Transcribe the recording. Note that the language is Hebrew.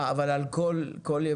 מה אבל על כל יבואן?